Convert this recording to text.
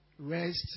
rest